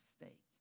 mistake